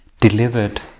delivered